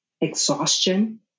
exhaustion